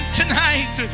tonight